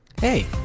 Hey